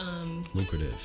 Lucrative